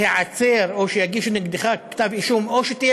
הסיכוי להיעצר או שיגישו נגדך כתב אישום או שתהיה